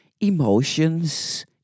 emotions